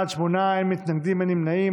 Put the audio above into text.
בעד, שמונה, אין מתנגדים, אין נמנעים.